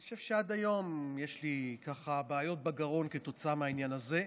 אני חושב שעד היום יש לי בעיות בגרון כתוצאה מהעניין הזה.